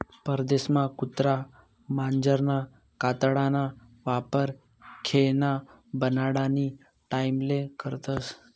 परदेसमा कुत्रा मांजरना कातडाना वापर खेयना बनाडानी टाईमले करतस